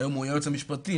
היום הוא היועץ המשפטי,